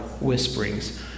whisperings